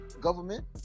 government